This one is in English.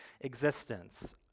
existence